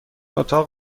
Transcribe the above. اتاق